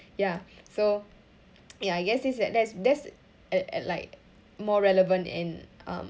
ya so ya I guess this that that's at at like more relevant and um